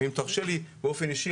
ואם תרשה לי באופן אישי,